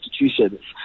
institutions